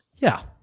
yeah.